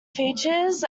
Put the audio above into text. features